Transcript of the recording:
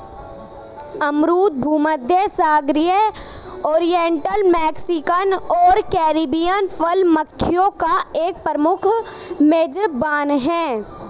अमरूद भूमध्यसागरीय, oriental, Mexican और कैरिबियन फल मक्खियों का एक प्रमुख मेजबान है